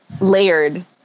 layered